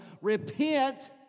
repent